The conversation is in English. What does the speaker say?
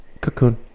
Cocoon